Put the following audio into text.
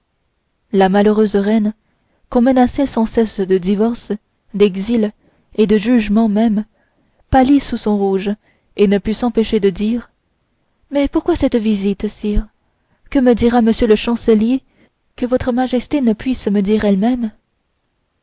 la malheureuse reine qu'on menaçait sans cesse de divorce d'exil et de jugement même pâlit sous son rouge et ne put s'empêcher de dire mais pourquoi cette visite sire que me dira m le chancelier que votre majesté ne puisse me dire elle-même